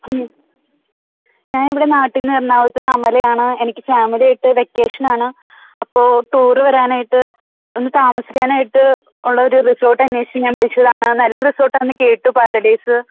ഞാനിവിടെ നാട്ടിന്ന് എറണാകുളത്തൂന്ന് അമലയാണ് എനിക്ക് ഫാമിലിയായിട്ട് വെക്കേഷനാണ് അപ്പോൾ ടൂറ് വരാനായിട്ട് ഒന്ന് താമസിക്കാനായിട്ട് ഉള്ള ഒരു റിസോട്ടന്നേഷിച്ച് ഞാൻ വിളിച്ചതാണ് നല്ല റിസോർട്ടാണെന്ന് കേട്ടു പാരഡൈസ്സ്